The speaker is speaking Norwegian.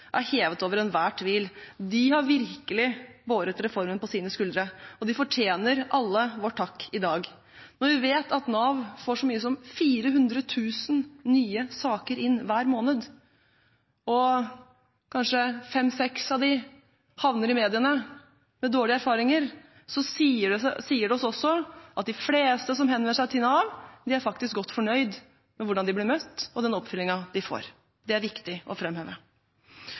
hevet over enhver tvil. De har virkelig båret reformen på sine skuldre, og de fortjener alle vår takk i dag. Når vi vet at Nav får så mye som 400 000 nye saker inn hver måned og kanskje fem–seks av dem havner i mediene med dårlige erfaringer, sier det oss også at de fleste som henvender seg til Nav, faktisk er godt fornøyd med hvordan de blir møtt, og med den oppfølgingen de får. Det er viktig å